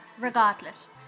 regardless